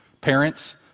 Parents